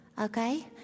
okay